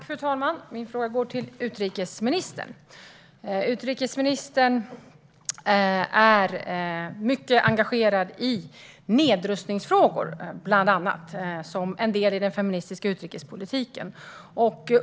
Fru talman! Min fråga går till utrikesministern. Utrikesministern är mycket engagerad i bland annat nedrustningsfrågor som en del i den feministiska utrikespolitiken.